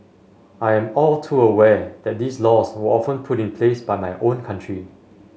I am all too aware that these laws were often put in place by my own country